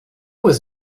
was